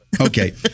Okay